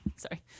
Sorry